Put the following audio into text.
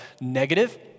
negative